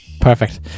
Perfect